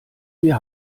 wir